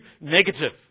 negative